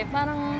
Parang